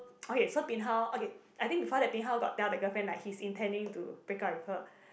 okay so bin hao okay I think before that bin hao got tell the girlfriend like he's intending to break up with her